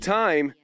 time